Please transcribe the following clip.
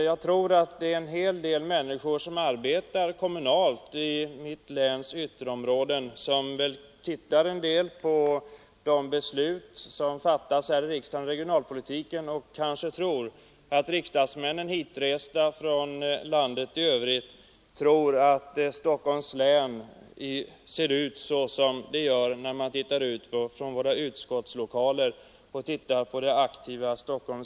Många som arbetar kommunalt i mitt läns ytterområden uppfattar väl de beslut som fattas här i riksdagen beträffande regionalpolitiken så att riksdagsmännen, från övriga landet tycks tro att hela Stockholms län ser ut på samma sätt som det aktiva city som man kan se från riksdagens utskottslokaler.